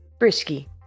Brisky